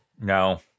No